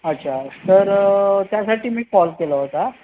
अच्छा तर त्यासाठी मी कॉल केला होता